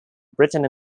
britain